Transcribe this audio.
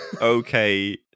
okay